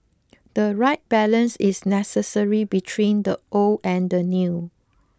the right balance is necessary between the old and the new